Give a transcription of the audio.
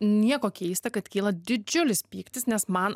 nieko keista kad kyla didžiulis pyktis nes man